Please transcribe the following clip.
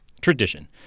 Tradition